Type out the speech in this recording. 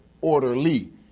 orderly